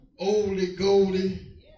oldie-goldie